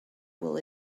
will